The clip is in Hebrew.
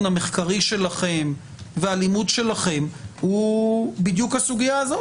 המחקרי שלכם והלימוד שלכם הוא בדיוק הסוגיה הזאת,